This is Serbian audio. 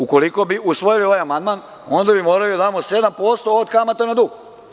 Ukoliko bi usvojili ovaj amandman onda bi morali da damo 7% od kamata na dug.